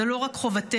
זו לא רק חובתנו,